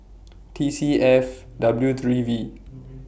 T C F W three V